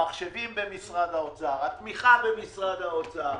המחשבים במשרד האוצר, התמיכה במשרד האוצר,